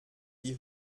die